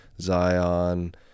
Zion